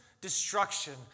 Destruction